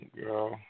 girl